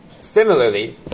Similarly